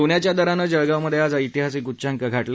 सोन्याच्या दरानं जळगावमध्ये आज ऐतिहासिक उच्चांक गाठला